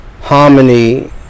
harmony